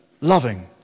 loving